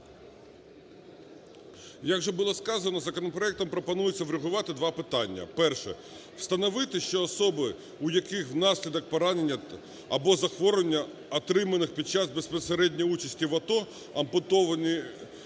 Як вже було сказано законопроектом пропонується врегулювати два питання. Перше. Встановити, що особи, в яких внаслідок поранення або захворювання, отриманих під час безпосередньої участі в АТО, ампутовані